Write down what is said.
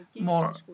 more